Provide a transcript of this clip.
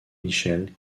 michels